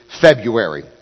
February